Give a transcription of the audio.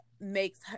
makes